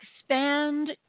expand